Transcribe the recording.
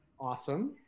Awesome